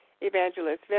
Evangelist